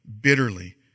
bitterly